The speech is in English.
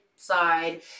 Side